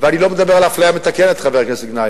ואני לא מדבר על אפליה מתקנת, חבר הכנסת גנאים.